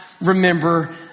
remember